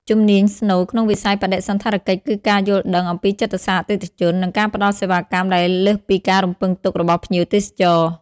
ជំនាញស្នូលក្នុងវិស័យបដិសណ្ឋារកិច្ចគឺការយល់ដឹងអំពីចិត្តសាស្ត្រអតិថិជន និងការផ្ដល់សេវាកម្មដែលលើសពីការរំពឹងទុករបស់ភ្ញៀវទេសចរ។